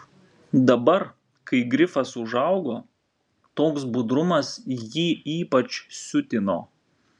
dabar kai grifas užaugo toks budrumas jį ypač siutino